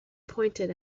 pointed